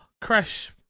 Crash